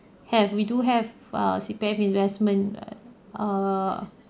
have we do have uh C_P_F investment uh err